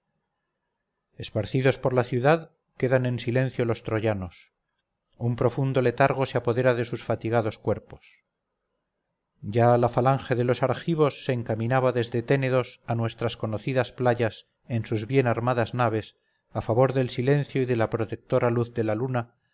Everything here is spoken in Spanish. esparcidos por la ciudad quedan en silencio los troyanos un profundo letargo se apodera de sus fatigados cuerpos ya la falange de los argivos se encaminaba desde ténedos a nuestras conocidas playas en sus bien armadas naves a favor del silencio y de la protectora luz de la luna